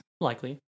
Likely